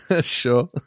sure